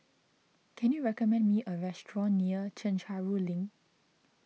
can you recommend me a restaurant near Chencharu Link